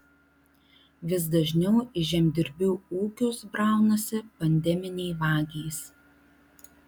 vis dažniau į žemdirbių ūkius braunasi pandeminiai vagys